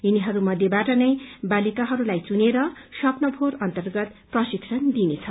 यिनीहरू मध्येवाट नै वालिकाहरूलाई घुनेर स्वप्न भोर अन्तर्गत प्रशिक्षण दिइनेछ